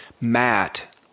Matt